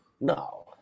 No